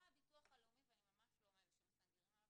בא ביטוח לאומי, ואני ממש לא מאלה שמסנגרים עליו,